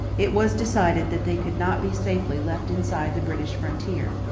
it was decided that they could not be safely left inside the british frontier.